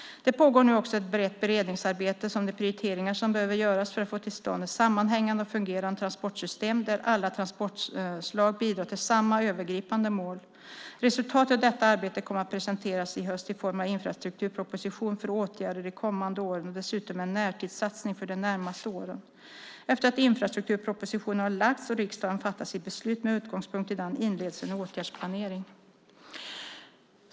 Det pågår nu också ett brett beredningsarbete om de prioriteringar som behöver göras för att få till stånd ett sammanhängande och fungerande transportsystem där alla transportslag bidrar till samma övergripande mål. Resultatet av detta arbete kommer att presenteras i höst i form av en infrastrukturproposition för åtgärder de kommande åren och dessutom en närtidssatsning för de närmaste åren. Efter att infrastrukturpropositionen har lagts och riksdagen fattat sitt beslut med utgångspunkt i den, inleds en åtgärdsplanering.